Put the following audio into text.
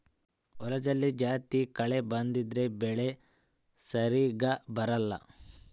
ಹೊಲದಲ್ಲಿ ಜಾಸ್ತಿ ಕಳೆ ಬಂದ್ರೆ ಬೆಳೆ ಸರಿಗ ಬರಲ್ಲ